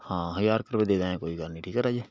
ਹਾਂ ਹਜ਼ਾਰ ਕੁ ਰੁਪਏ ਦੇਦਾਗੇ ਕੋਈ ਗੱਲ ਨਹੀਂ ਠੀਕ ਹੈ ਰਾਜੇ